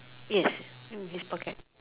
yes mm in his pocket